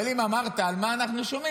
זה סתם --- אבל אם אמרת מה אנחנו שומעים,